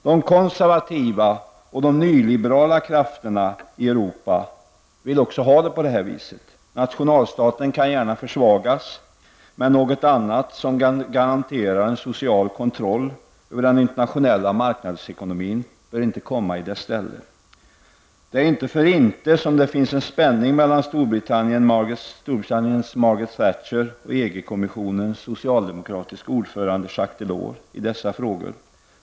De konservativa och nyliberala krafterna i Europa vill också ha det så. Nationalstaten kan gärna försvagas, men något annat som garanterar en social kontroll över den internationella marknadsekonomin bör inte komma i dess ställe. Det är inte för inte som det finns en spänning mellan Storbritanniens Margaret Thatcher och EG Jacques Delors i dessa frågor.